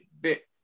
bit